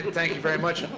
and thank you very much.